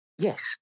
Yes